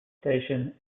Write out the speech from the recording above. station